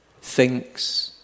thinks